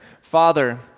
Father